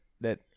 that-